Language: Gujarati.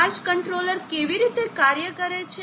ચાર્જ કંટ્રોલર કેવી રીતે કાર્ય કરે છે